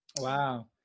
Wow